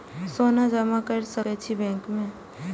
सोना जमा कर सके छी बैंक में?